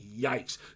yikes